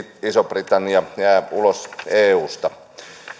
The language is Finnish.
iso britannia jää ulos eusta